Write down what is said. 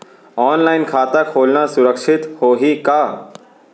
Online खाता खोलना सुरक्षित होही का?